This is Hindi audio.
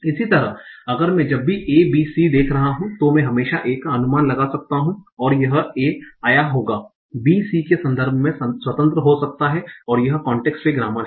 इसी तरह अगर मैं जब भी A B C देख रहा हूं तो मैं हमेशा A का अनुमान लगा सकता हूं ओर यह A आया होगा B C के संदर्भ से स्वतंत्र हो सकता है और यह कांटेक्स्ट फ्री ग्रामर है